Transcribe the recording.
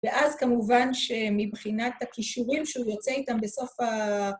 ואז כמובן שמבחינת הכישורים שהוא יוצא איתם בסוף ה...